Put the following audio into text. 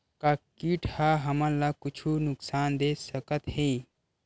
का कीट ह हमन ला कुछु नुकसान दे सकत हे?